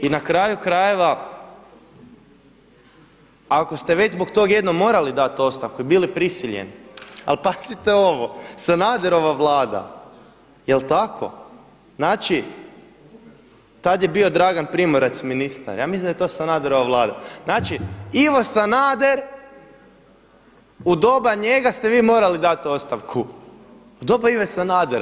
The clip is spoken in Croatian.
I na kraju krajeva, ako ste već zbog tog morali jednom dati ostavku i bili prisiljeni, ali pazite ovo Sanaderova vlada jel tako znači tada je bio Dragan Primorac ministar, ja mislim da je to SAnaderova vlada, znači Ivo Sanader u doba njega ste vi morali dati ostavku u doba Ive Sanadera.